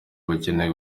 bakeneye